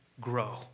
grow